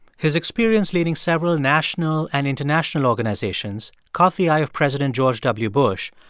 his experience leading several national and international organizations caught the eye of president george w. bush,